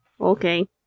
okay